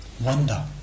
wonder